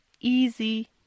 easy